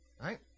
Right